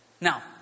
Now